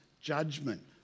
judgment